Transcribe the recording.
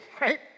right